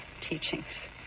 teachings